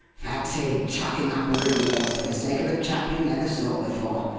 fancy chucking up a reward for the sake of a chap you never saw before,